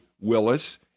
Willis